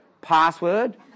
password